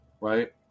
right